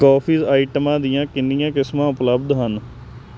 coffee ਆਈਟਮਾਂ ਦੀਆਂ ਕਿੰਨੀਆਂ ਕਿਸਮਾਂ ਉਪਲੱਬਧ ਹਨ